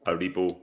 Aribo